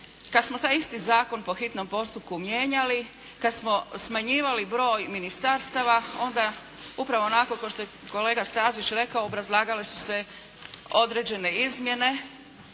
kad smo taj isti Zakon po hitnom postupku mijenjali, kad smo smanjivali broj ministarstava onda upravo onako kao što je kolega Stazić rekao obrazlagale su se određene izmjene